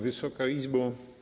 Wysoka Izbo!